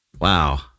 Wow